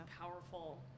powerful